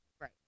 Right